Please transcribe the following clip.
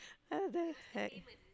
what the heck